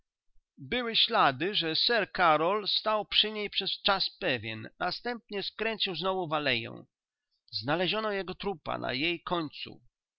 były ślady że sir karol stał przy niej przez czas pewien następnie skręcił znowu w aleję znaleziono jego trupa na jej końcu